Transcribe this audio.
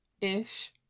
Ish